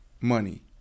money